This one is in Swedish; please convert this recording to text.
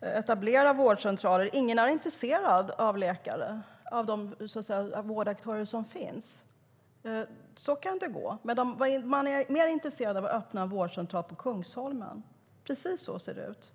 etablera vårdcentral där. Ingen av de vårdaktörer som finns är intresserad. Man är mer intresserad av att öppna en vårdcentral på Kungsholmen. Så ser det ut.